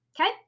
Okay